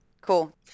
cool